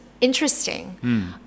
interesting